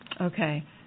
Okay